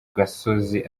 gasozi